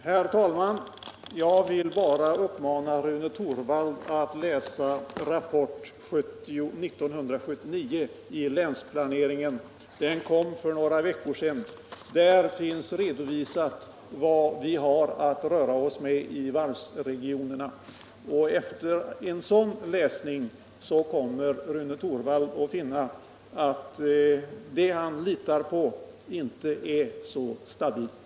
Herr talman! Jag vill bara uppmana Rune Torwald att läsa Rapport 1979 i länsplaneringen. Den kom för några veckor sedan, och där finns redovisat vad vi har att röra oss med i varvsregionerna. Efter att ha läst den kommer Rune Torwald att finna att det han litar på inte är så stabilt.